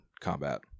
combat